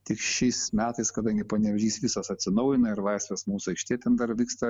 tik šiais metais kadangi panevėžys visas atsinaujina ir laisvės mūsų aikštė ten dar vyksta